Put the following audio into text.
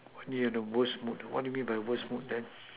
when you are in your worst mood what you mean by your worst mood then